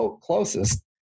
closest